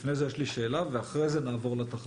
לפני כן יש לי שאלה ואחרי זה נעבור לתחזיות,